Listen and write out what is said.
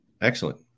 excellent